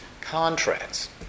contracts